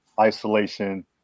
isolation